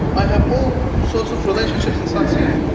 i have all sorts of relationships inside syria.